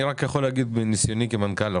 אני רק יכול להגיד שמניסיוני כמנכ"ל,